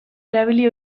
erabili